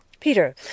peter